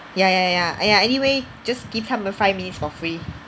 ya ya ya !aiya! anyway just give 他们 five minutes for free